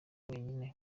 wenyine